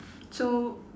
so